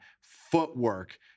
footwork –